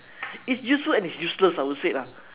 it's useful and it's useless I would say lah